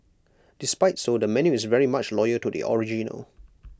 despite so the menu is very much loyal to the original